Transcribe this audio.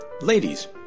ladies